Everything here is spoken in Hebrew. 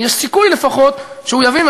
יש סיכוי, לפחות, שהוא יבין.